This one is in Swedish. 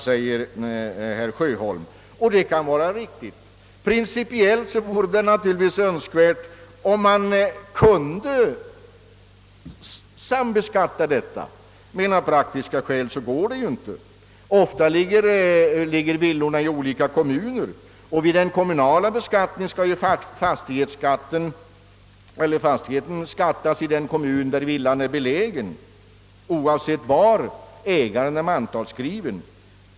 Det kan vara riktigt. Principiellt vore det naturligtvis önskvärt att kunna sambeskatta dessa, men av praktiska skäl går det inte. Ofta ligger villorna i olika kommuner, och vid den kommunala beskattningen skall fastigheten taxeras i den kommun där den är belägen, oavsett var ägaren är mantalskriven.